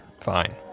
Fine